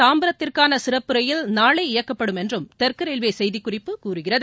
தாம்பரத்திற்கான சிறப்பு ரயில் நாளை இயக்கப்படும் என்றும் தெற்கு ரயில்வே செய்திக்குறிப்பு கூறுகிறது